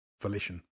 volition